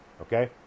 okay